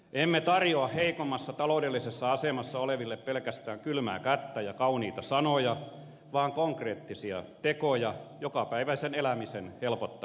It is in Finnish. emme tarjoa heikommassa taloudellisessa asemassa oleville pelkästään kylmää kättä ja kauniita sanoja vaan konkreettisia tekoja jokapäiväisen elämisen helpottamiseksi